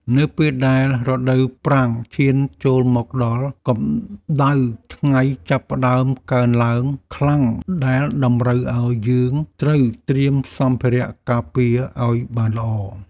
នៅពេលដែលរដូវប្រាំងឈានចូលមកដល់កម្តៅថ្ងៃចាប់ផ្តើមកើនឡើងខ្លាំងដែលតម្រូវឱ្យយើងត្រូវត្រៀមសម្ភារៈការពារឱ្យបានល្អ។